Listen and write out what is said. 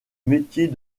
métier